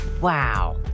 Wow